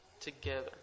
together